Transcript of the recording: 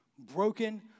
Broken